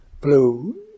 blue